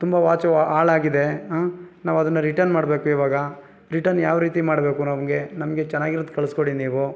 ತುಂಬ ವಾಚ್ ಹಾಳಾಗಿದೆ ಹಾಂ ನಾವು ಅದನ್ನು ರಿಟರ್ನ್ ಮಾಡಬೇಕು ಇವಾಗ ರಿಟರ್ನ್ ಯಾವ ರೀತಿ ಮಾಡಬೇಕು ನಮಗೆ ನಮಗೆ ಚೆನ್ನಾಗಿರೋದು ಕಳಿಸಿಕೊಡಿ ನೀವು